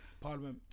Parliament